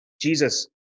Jesus